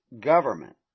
government